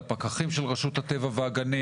לפקחים של רשות הטבע והגנים,